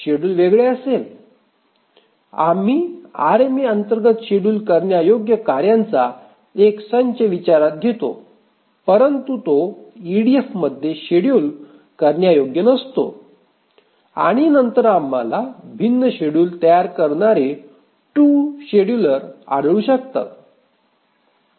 आम्ही आरएमएअंतर्गत शेड्यूल करण्यायोग्य कार्याचा एक संच विचारात घेतो परंतु तो ईडीएफमध्ये शेड्यूल करण्यायोग्य नसतो आणि नंतर आम्हाला भिन्न शेड्युल तयार करणारे 2 शेड्यूलर आढळू शकतात